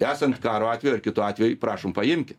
esant karo atveju ar kitu atveju prašom paimkit